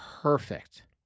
Perfect